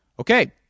Okay